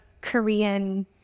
Korean